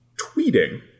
tweeting